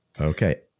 Okay